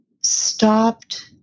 stopped